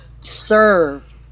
serve